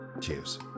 cheers